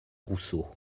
rousseau